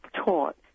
taught